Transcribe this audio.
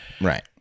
Right